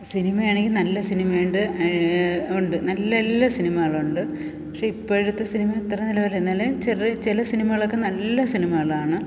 സിനിമയാണെങ്കിൽ നല്ല സിനിമയുണ്ട് ഉണ്ട് നല്ല എല്ലാ സിനിമകളുണ്ട് പക്ഷെ ഇപ്പോഴത്തെ സിനിമ ഇത്ര നിലവാരമില്ല എന്നാലും ചെറിയ ചില സിനിമകളൊക്കെ നല്ല സിനിമകളാണ്